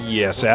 yes